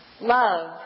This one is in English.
love